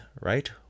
right